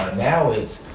now it's,